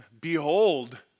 Behold